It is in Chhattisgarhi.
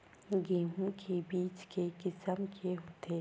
गेहूं के बीज के किसम के होथे?